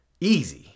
Easy